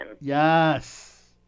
Yes